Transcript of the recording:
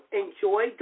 enjoy